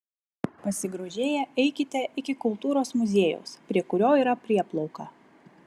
pasigrožėję eikite iki kultūros muziejaus prie kurio yra prieplauka